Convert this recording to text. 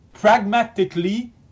pragmatically